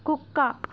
కుక్క